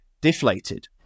deflated